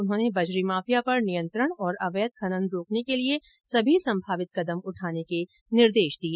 उन्होंने बजरी माफिया पर नियंत्रण और अवैध खनन रोकने के लिए सभी संभावित कदम उठाने के निर्देश भी दिए